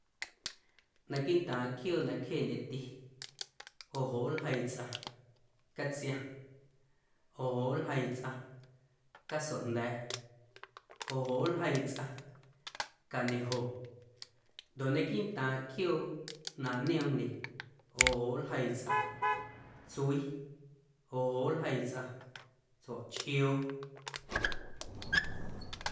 Naquiiꞌntaaⁿ quiooꞌ na cjeendyeti joꞌ joꞌ nljeii tsꞌaⁿ catsiaⁿ, joꞌ joꞌ nljeii tsꞌaⁿ casojnda̱a̱, joꞌ joꞌ nljeii tsꞌaⁿ cañejo ndoꞌ naquiiꞌntaaⁿ quiooꞌna nioomndye joꞌ joꞌ nljeii tsꞌaⁿ tsuii, joꞌ joꞌ nljeii tsꞌaⁿ tsuachꞌioo.